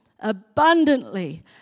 abundantly